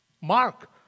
Mark